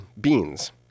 beans